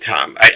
Tom